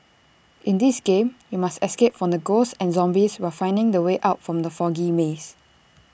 in this game you must escape from ghosts and zombies while finding the way out from the foggy maze